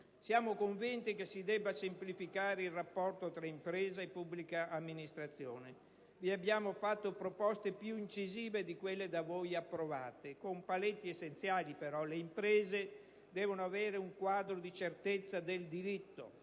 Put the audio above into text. Siamo convinti che si debba semplificare il rapporto tra impresa e pubblica amministrazione. Vi abbiamo fatto proposte più incisive di quelle da voi approvate. Con paletti essenziali, però: le imprese devono avere un quadro dì certezza del diritto,